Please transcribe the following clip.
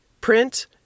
print